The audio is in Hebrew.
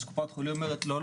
אז קופת החולים אומרת לא,